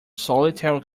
solitary